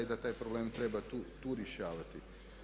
Taj problem treba tu rješavati.